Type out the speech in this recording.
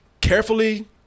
carefully